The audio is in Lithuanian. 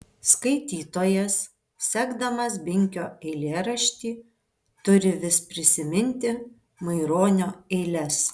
skaitytojas sekdamas binkio eilėraštį turi vis prisiminti maironio eiles